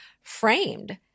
framed